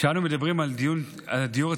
כשאנו מדברים על הדיור הציבורי,